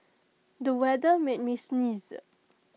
the weather made me sneeze